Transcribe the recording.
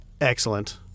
excellent